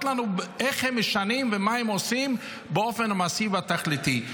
לנו איך הם משנים ומה הם עושים באופן המעשי והתכליתי.